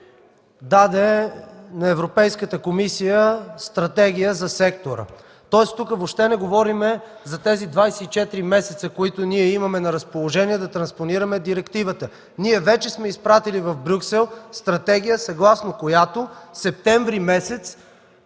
даде на Европейската комисия стратегия за сектора. Тоест тук въобще не говорим за тези 24 месеца, които имаме на разположение да транспонираме директивата. Ние вече сме изпратили в Брюксел стратегия, съгласно която септември месец